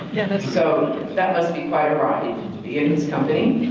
so that must be quite a ride to be in his company.